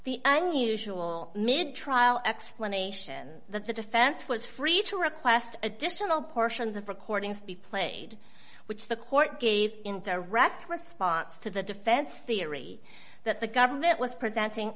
the an usual trial explanation that the defense was free to request additional portions of recordings to be played which the court gave in direct response to the defense theory that the government was presenting